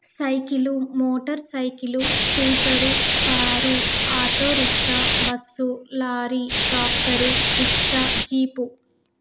cycle motorcycle scooter car auto rickshaw bus lorry tractor rickshaw jeep